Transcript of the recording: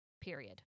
Period